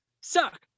Suck